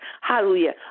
hallelujah